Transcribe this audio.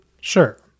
Sure